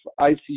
ICU